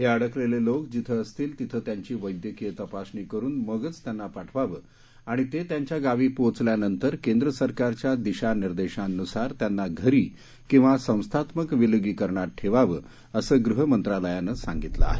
हे अडकलेले लोकं जिथं असतील तिथं त्यांची वैद्यकीय तपासणी करून मगच त्यांना पाठवावं आणि ते त्यांच्या गावी पोचल्यानंतर केंद्र सरकारच्या दिशा निर्देशांनुसार त्यांना घरी किंवा संस्थात्मक विलगीकरणात ठेवावं असं गृह मंत्रालयानं सांगितलं आहे